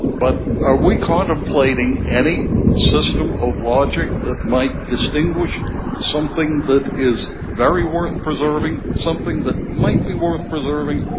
but are we contemplating any system of logic that might distinguish something that is very worth preserving, something that might be worth preserving,